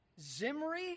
Zimri